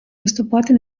виступати